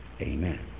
Amen